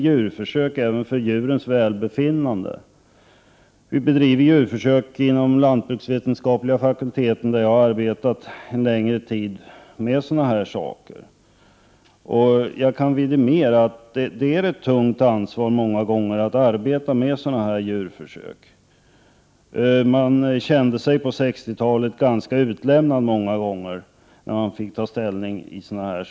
Djurförsök utförs inom den lantbruksvetenskapliga fakulteten, där jag har arbetat en längre tid med sådana här saker. Jag kan vidimera att det många gånger är ett tungt ansvar att arbeta med djurförsök. På 60-talet kände man sig ofta ganska utlämnad Prot. 1988/89:112 när man fick ta ställning alldeles själv.